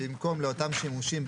במקום "לאותם שימושים,